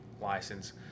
license